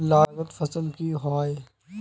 लागत फसल की होय?